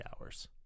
hours